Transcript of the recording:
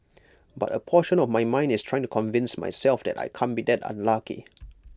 but A portion of my mind is trying to convince myself that I can't be that unlucky